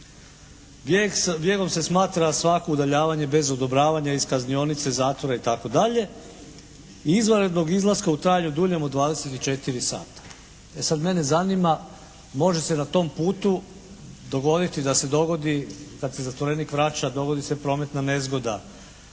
Bijegom se smatra svako udaljavanje bez odobravanja iz kaznionice, zatvora itd., i izvanrednog izlaska u trajanju duljem od 24 sata. E sad, mene zanima, može se na tom putu dogoditi da se dogodi kad se zatvorenik vraća dogodi se prometna nezgoda,